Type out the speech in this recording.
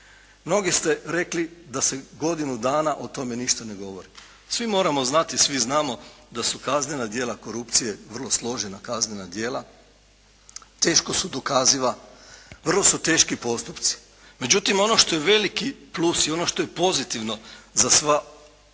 Mnogi ste rekli da se godinu dana o tome ništa ne govori. Svi moramo znati i svi znamo da su kaznena djela korupcije vrlo složena kaznena djela, teško su dokaziva, vrlo su teški postupci. Međutim ono što je veliki plus i ono što je pozitivno za sve ove